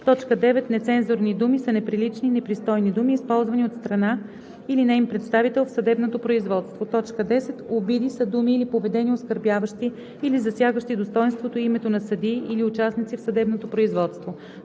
и 11: „9. „Нецензурни думи“ са неприлични и непристойни думи, използвани от страна или неин представител в съдебното производство; 10. „Обиди“ са думи или поведение, оскърбяващи или засягащи достойнството и името на съдии или участници в съдебното производство;